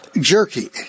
jerky